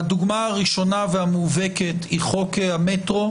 הדוגמה הראשונה והמובהקת היא חוק המטרו,